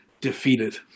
defeated